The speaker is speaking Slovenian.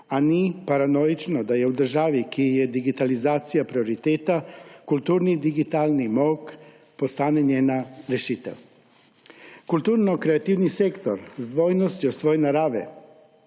A ni paranoično, da v državi, ki ji je digitalizacija prioriteta, kulturni digitalni molk postane njena rešitev? Kulturno-kreativni sektor z dvojnostjo svoje narave,